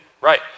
right